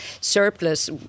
surplus